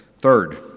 third